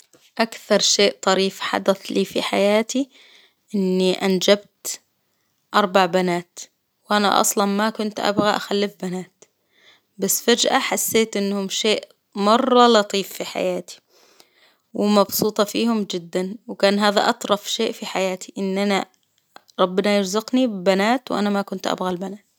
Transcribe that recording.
أكثر شيء طريف حدث لي في حياتي، أني أنجبت أربع بنات، وأنا أصلا ما كنت أبغى أخلف بنات، بس فجأة حسيت إنهم شيء مرة لطيف في حياتي. ومبسوطة فيهم جدا، وكان هذا أطرف شيء في حياتي، إن أنا ربنا يرزقني ببنات، وأنا ما كنت أبغى البنات.